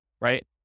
right